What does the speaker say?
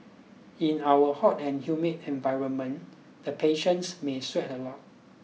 in our hot and humid environment the patients may sweat a lot